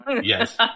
Yes